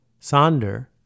Sonder